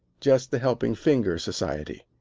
just the helping finger society.